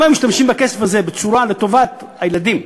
אם היו משתמשים בכסף הזה לטובת הילדים,